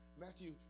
Matthew